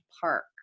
park